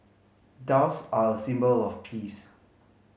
doves are a symbol of peace